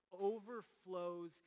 overflows